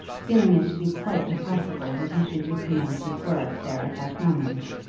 feeling it to be quite impossible that he should recommence his work there at that moment,